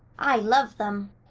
i love them,